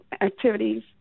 activities